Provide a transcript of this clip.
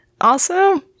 awesome